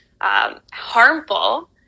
harmful